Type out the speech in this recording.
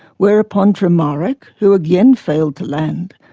whereupon tremarec, who again failed to land,